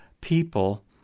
people